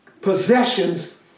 possessions